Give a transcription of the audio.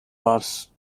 bars